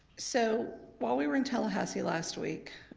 so while we were in tallahassee last week,